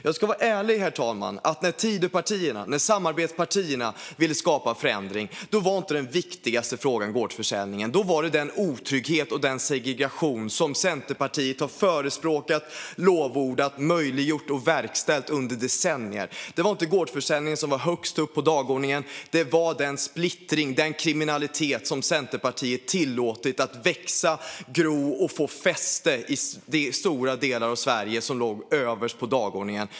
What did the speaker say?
Jag ska vara ärlig med att när Tidöpartierna och samarbetspartierna ville skapa förändring var gårdsförsäljning inte den viktigaste frågan, utan det var den otrygghet och segregation som Centerpartiet har förespråkat, lovordat, möjliggjort och verkställt under decennier. Det var inte gårdsförsäljningen som stod högst upp på dagordningen, utan det gjorde den splittring och kriminalitet som Centerpartiet har tillåtit att växa, gro och få fäste i stora av delar av Sverige.